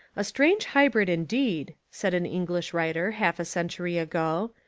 a strange hybrid indeed, said an english writer half a century ago,